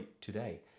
today